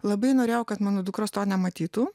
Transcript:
labai norėjau kad mano dukros to nematytų